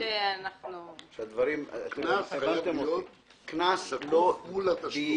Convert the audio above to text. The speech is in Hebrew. הקנס צריך להיות שקוף מול התשלום.